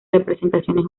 representaciones